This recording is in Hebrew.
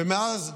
ומאז,